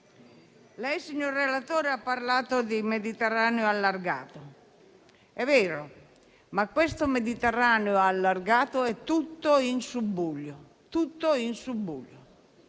Signor relatore, lei ha parlato di Mediterraneo allargato: è vero, ma questo Mediterraneo allargato è tutto in subbuglio. Intanto le preannuncio